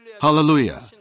Hallelujah